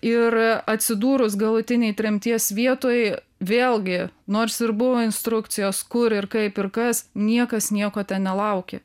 ir atsidūrus galutinėj tremties vietoj vėlgi nors ir buvo instrukcijos kur ir kaip ir kas niekas nieko ten nelaukė